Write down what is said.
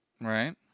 Right